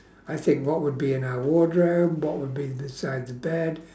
I think what would be in our wardrobe what would be beside the bed